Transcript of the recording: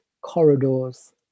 corridors